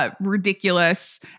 Ridiculous